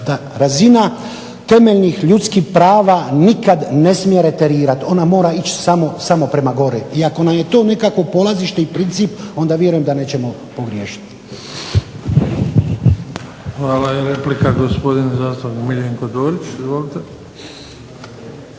razina temeljnih ljudskih prava nikada ne smije referirati, ona mora ići samo prema gore i ako nam je to nekakvo polazište i princip onda vjerujem da nećemo pogriješiti. **Bebić, Luka (HDZ)** Hvala i replika gospodin zastupnik MIljenko Dorić. Izvolite.